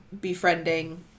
befriending